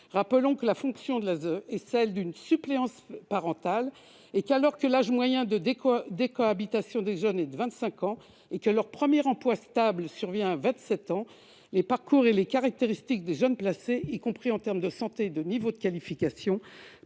Rappelons que la fonction de l'ASE est celle d'une suppléance parentale. Alors que l'âge moyen de décohabitation des jeunes est de 25 ans et que leur premier emploi stable est obtenu à 27 ans, les parcours et les caractéristiques des jeunes placés, y compris en termes de santé et de niveau de qualification,